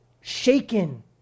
shaken